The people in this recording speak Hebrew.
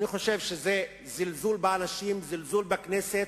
אני חושב שזה זלזול באנשים, זלזול בכנסת.